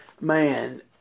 man